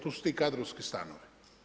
To su ti kadrovski stanovi.